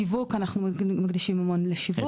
אני מנסה להבין מה השיקולים להגיד אני שם,